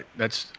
that's